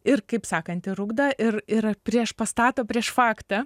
ir kaip sakant ir ugdo ir ir priešpastato prieš faktą